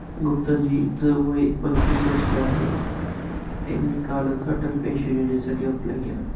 गुप्ता जी च वय पंचवीस वर्ष आहे, त्यांनी कालच अटल पेन्शन योजनेसाठी अप्लाय केलं